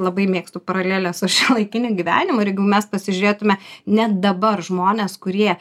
labai mėgstu paralelę su šiuolaikiniu gyvenimu ir jeigu mes pasižiūrėtume net dabar žmonės kurie